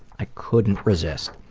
i couldn't resist!